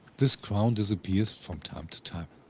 this crown disappears from time to time.